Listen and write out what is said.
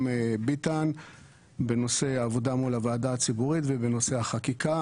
חבר הכנסת ביטן בנושא עבודה מול הוועדה הציבורית ובנושא החקיקה.